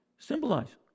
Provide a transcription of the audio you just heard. Symbolize